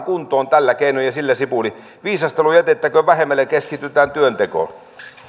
kuntoon tällä keinoin ja sillä sipuli viisastelu jätettäköön vähemmälle ja keskitytään työntekoon